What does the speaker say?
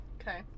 Okay